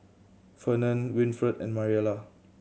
Fernand Winfred and Mariela